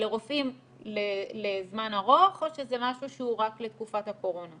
אלה רופאים לזמן ארוך או שזה משהו שהוא רק לתקופת הקורונה?